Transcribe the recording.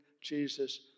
Jesus